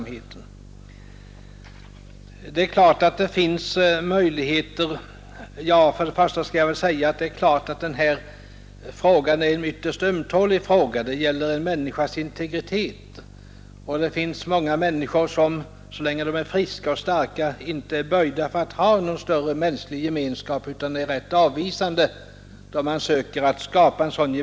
Men det är givetvis en ytterst ömtålig fråga. Det gäller en människas integritet. Det finns många människor som så länge de är friska och starka inte är böjda för att ha någon stark mänsklig gemenskap, utan de är rätt avvisande när man söker skapa en sådan.